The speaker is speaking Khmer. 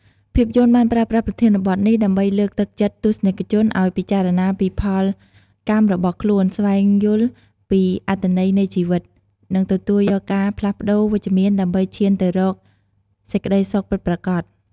ភាពយន្តបានប្រើប្រាស់ប្រធានបទនេះដើម្បីលើកទឹកចិត្តទស្សនិកជនឱ្យពិចារណាពីផលកម្មរបស់ខ្លួន ស្វែងយល់ពីអត្ថន័យនៃជីវិត និងទទួលយកការផ្លាស់ប្ដូរវិជ្ជមានដើម្បីឈានទៅរកសេចក្តីសុខពិតប្រាកដ។